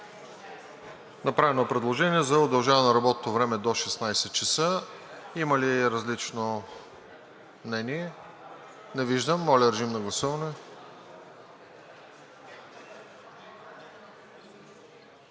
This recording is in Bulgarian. Направено е предложение за удължаване на работното време до 16,00 ч. Има ли различно мнение? Не виждам. Моля, режим на гласуване.